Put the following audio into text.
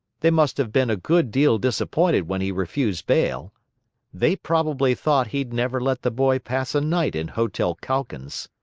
they must have been a good deal disappointed when he refused bail they probably thought he'd never let the boy pass a night in hotel calkins.